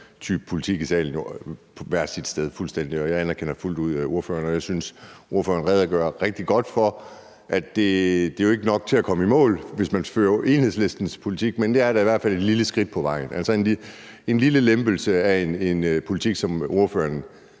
type politik, hvert sit sted. Jeg anerkender fuldt ud ordføreren, og jeg synes, ordføreren redegør rigtig godt for, at det jo ikke er nok til at komme i mål, hvis man fører Enhedslistens politik, men at det da i hvert fald er et lille skridt på vejen, altså en lille lempelse af en politik, som ordføreren